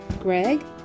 greg